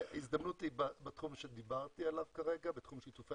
ההזדמנות היא בתחום שדיברתי עליו כרגע בתחום שיתופי